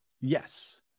Yes